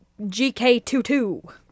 GK22